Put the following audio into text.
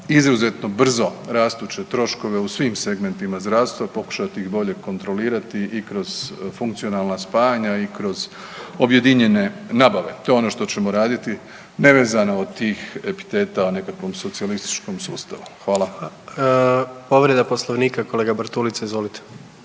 izuzetno brzo rastuće troškove u svim segmentima zdravstva i pokušati ih bolje kontrolirati i kroz funkcionalna spajanja i kroz objedinjene nabave. To je ono što ćemo raditi nevezano od tih epiteta o nekakvom socijalističkom sustavu. Hvala. **Jandroković, Gordan (HDZ)** Povreda Poslovnika kolega Bartulica, izvolite.